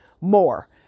more